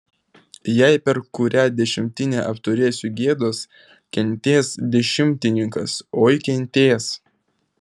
jei per kurią dešimtinę apturėsiu gėdos kentės dešimtininkas oi kentės